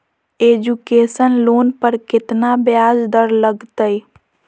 Education loan पर केतना ब्याज दर लगतई?